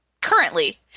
currently